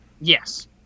Yes